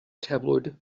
tabloid